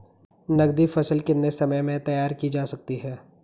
नगदी फसल कितने समय में तैयार की जा सकती है?